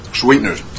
sweeteners